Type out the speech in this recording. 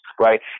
right